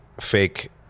fake